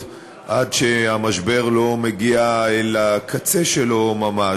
עד שהמשבר לא מגיע אל הקצה שלו ממש.